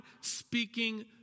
speaking